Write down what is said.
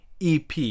EP